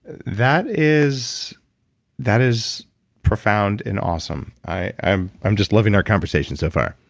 that is that is profound and awesome. i'm i'm just loving our conversation so far